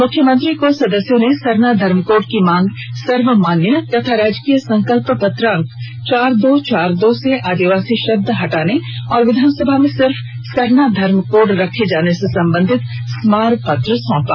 मुख्यमंत्री को सदस्यों ने सरना धर्मकोड की मांग सर्वमान्य तथा राजकीय संकल्प पत्रांक चौर दो चार दो से आदिवासी शब्द को हटाने तथा विधानसभा में सिर्फ सरना धर्म कोड रखे जाने से सम्बंधित स्मार पत्र सौंपा